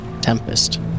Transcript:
Tempest